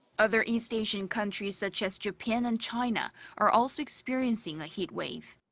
other east asian countries such as japan and china are also experiencing a heat wave.